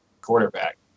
quarterback